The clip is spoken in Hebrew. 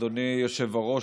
אדוני היושב-ראש,